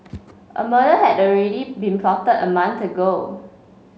a murder had already been plotted a month ago